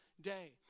day